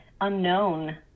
unknown